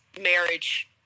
marriage